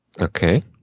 Okay